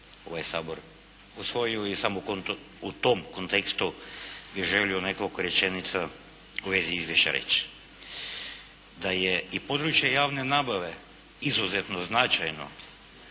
ovaj Sabor usvojio i samo u tom kontekstu bih želio nekoliko rečenica u vezi izvješća reći. Da je i područje javne nabave izuzetno značajno